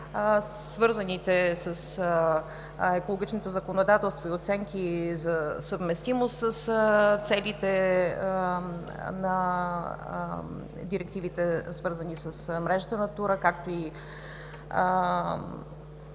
свързани с екологичното законодателство, и оценки за съвместимост с целите на директивите, свързани с мрежата „Натура“, както и